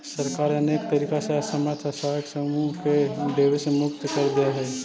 सरकार अनेक तरीका से असमर्थ असहाय समूह के देवे से मुक्त कर देऽ हई